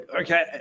Okay